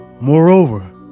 Moreover